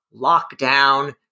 Lockdown